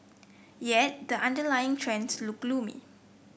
yet the underlying trends look gloomy